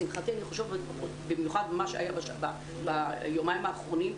אני מתכוונת ליומיים האחרונים.